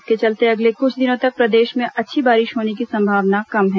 इसके चलते अगले कुछ दिनों तक प्रदेश में अच्छी बारिश होने की संभावना कम है